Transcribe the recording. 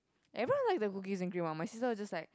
everyone like the cookies and cream one my sister was just like